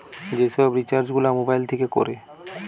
যে সব রিচার্জ গুলা মোবাইল থিকে কোরে